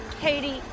Katie